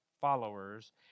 followers